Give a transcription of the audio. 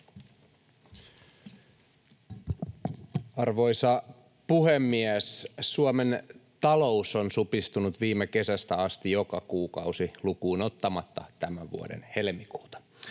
Arvoisa puhemies! Suomen talous on supistunut viime kesästä asti joka kuukausi lukuun ottamatta tämän vuoden helmikuuta.